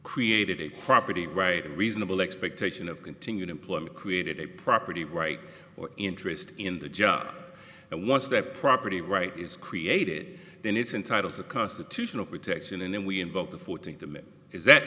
created a property right and reasonable expectation of continued employment created a property rights interest in the job and once their property right is created then it's entitled to constitutional protection and then we invoke the fourteenth